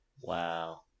Wow